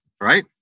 Right